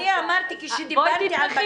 אני אמרתי כשדיברתי על בג"ץ --- בואי תתמכי